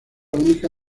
única